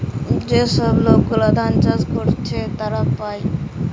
যে সব লোক গুলা ধান চাষ করতিছে তারা পায়